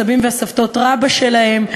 הסבים והסבתות רבא שלהם,